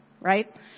Right